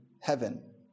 heaven